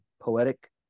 poetic